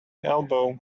elbow